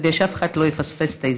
כדי שאף אחד לא יפספס את ההזדמנות.